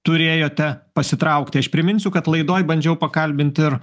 turėjote pasitraukti aš priminsiu kad laidoj bandžiau pakalbint ir